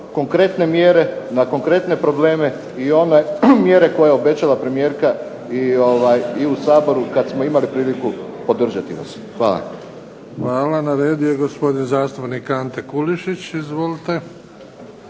konkretne mjere na konkretne probleme i one mjere koje je obećala premijerka i u Saboru kad smo imali priliku podržati vas. Hvala. **Bebić, Luka (HDZ)** Hvala. Na redu je gospodin zastupnik Ante Kulušić. Izvolite.